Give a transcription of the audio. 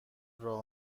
راه